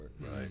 right